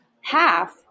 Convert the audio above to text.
half